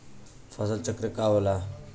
फसल चक्र का होला?